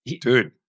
dude